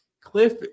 Cliff